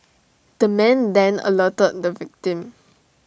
the man then alerted the victim